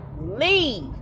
leave